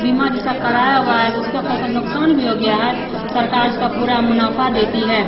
बीमा जिसका कराया हुआ है जो उसकी फ़सल का नुकसान भी हो गया है तो सरकार उसका पूरा मुनाफ़ा देती है